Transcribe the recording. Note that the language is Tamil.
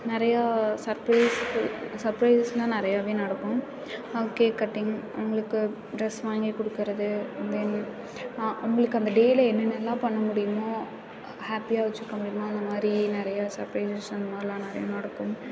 நிறையா சர்ப்ரைஸ் சர்ப்ரைஸ்லாம் நிறையவே நடக்கும் கேக் கட்டிங் அவங்களுக்கு ட்ரெஸ் வாங்கி கொடுக்குறது தென் அவங்களுக்கு அந்த டேயில் என்னென்னலாம் பண்ண முடியுமோ ஹாப்பியாக வச்சுக்கணும் அந்த மாதிரி நிறையா சர்ப்ரைஸஸ் அந்த மாதிரிலாம் நிறையா நடக்கும்